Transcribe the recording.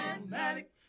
automatic